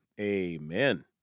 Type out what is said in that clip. amen